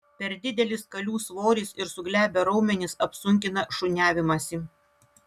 per didelis kalių svoris ir suglebę raumenys apsunkina šuniavimąsi